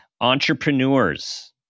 Entrepreneurs